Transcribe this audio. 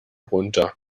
runter